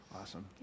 Awesome